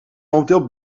momenteel